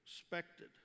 expected